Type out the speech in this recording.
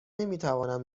نمیتوانم